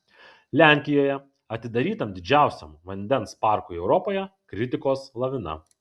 lenkijoje atidarytam didžiausiam vandens parkui europoje kritikos lavina